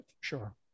Sure